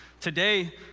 Today